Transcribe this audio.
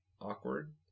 awkward